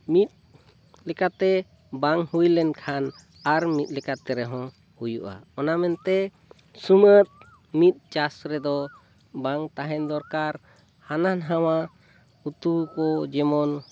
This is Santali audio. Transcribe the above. ᱢᱤᱫ ᱞᱮᱠᱟᱛᱮ ᱵᱟᱝ ᱦᱩᱭ ᱞᱮᱱᱠᱷᱟᱱ ᱟᱨ ᱢᱤᱫ ᱞᱮᱠᱟᱛᱮ ᱨᱮᱦᱚᱸ ᱦᱩᱭᱩᱜᱼᱟ ᱚᱱᱟ ᱢᱮᱱᱛᱮ ᱥᱩᱢᱟᱹᱫ ᱢᱤᱫ ᱪᱟᱥ ᱨᱮᱫᱚ ᱵᱟᱝ ᱛᱟᱦᱮᱱ ᱫᱚᱨᱠᱟᱨ ᱦᱟᱱᱟ ᱱᱟᱣᱟ ᱩᱛᱩ ᱠᱚ ᱡᱮᱢᱚᱱ